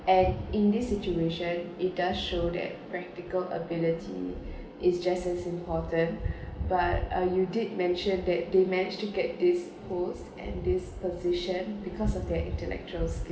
and in this situation it does show that practical ability is just as important but uh you did mention that they managed to get this post and this position because of their intellectuals skill